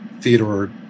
Theodore